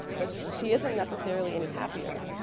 but she isn't necessarily any happier.